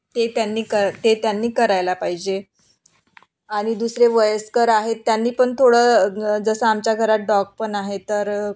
ते त्यांनी क ते त्यांनी करायला पाहिजे आणि दुसरे वयस्कर आहेत त्यांनी पण थोडं जसं आमच्या घरात डॉग पण आहे तर